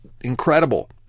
incredible